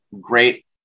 great